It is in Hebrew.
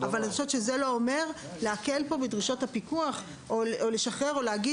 אבל זה לא אומר להקל פה בדרישות הפיקוח או לשחרר ולהגיד